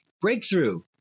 breakthrough